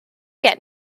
get